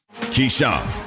Keyshawn